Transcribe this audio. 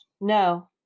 No